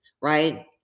right